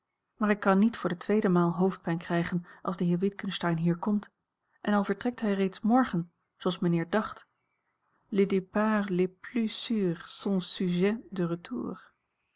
maar ik kan niet voor de tweede maal hoofdpijn krijgen als de heer witgensteyn hier komt en al vertrekt hij reeds morgen zooals mijnheer dacht les départs les